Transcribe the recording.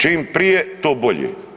Čim prije to bolje.